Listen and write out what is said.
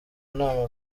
nama